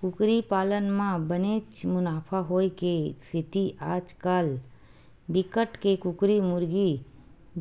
कुकरी पालन म बनेच मुनाफा होए के सेती आजकाल बिकट के कुकरी मुरगी